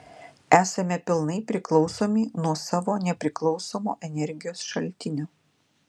esame pilnai priklausomi nuo savo nepriklausomo energijos šaltinio